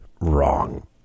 wrong